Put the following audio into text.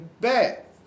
bet